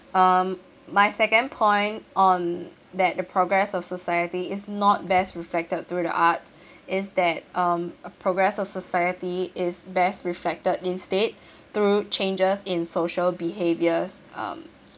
um my second point on that the progress of society is not best reflected through the arts it's that um a progress of society is best reflected instead through changes in social behaviours um